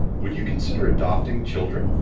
would you consider adopting children?